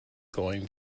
going